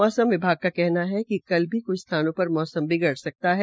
मौसम विभाग का कहना है कि कल भी क्छ स्थानों पर मौसम बिगड़ सकता है